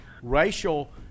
Racial